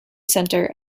center